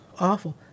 awful